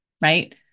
Right